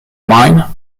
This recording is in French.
mine